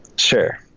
sure